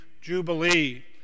jubilee